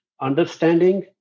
understanding